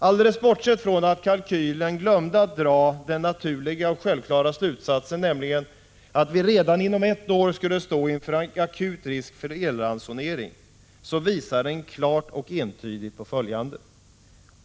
Alldeles bortsett från att man i kalkylen glömde att dra den naturliga och självklara slutsatsen att vi redan inom ett år skulle stå inför akut risk för elransonering, visade kalkylen klart och entydigt på följande.